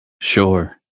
Sure